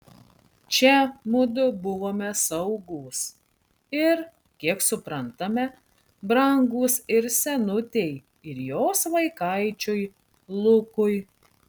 čia mudu buvome saugūs ir kiek suprantame brangūs ir senutei ir jos vaikaičiui lukui